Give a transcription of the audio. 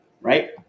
right